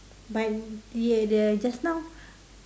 but they the just now